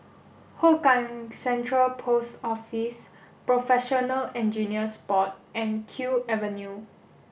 Hougang Central Post Office Professional Engineers Board and Kew Avenue